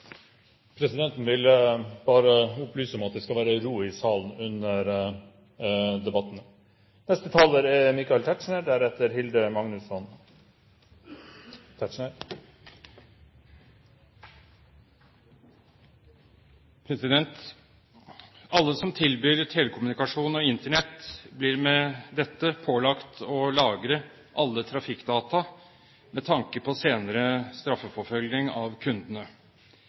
Presidenten vil bare opplyse om at det skal være ro i salen under debattene. Alle som tilbyr telekommunikasjon og Internett blir med dette pålagt å lagre alle trafikkdata med tanke på senere straffeforfølging av kundene.